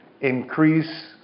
increase